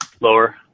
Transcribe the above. Lower